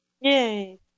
Yay